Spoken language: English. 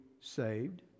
saved